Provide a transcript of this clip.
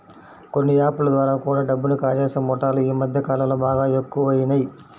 కొన్ని యాప్ ల ద్వారా కూడా డబ్బుని కాజేసే ముఠాలు యీ మద్దె కాలంలో బాగా ఎక్కువయినియ్